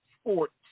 sports